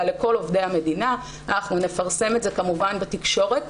אנחנו נפרסם את זה, כמובן, בתקשורת.